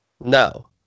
No